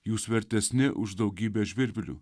jūs vertesni už daugybę žvirblių